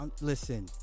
listen